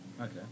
Okay